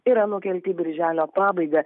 yra nukelti į birželio pabaigą